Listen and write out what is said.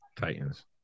Titans